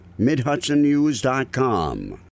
MidHudsonNews.com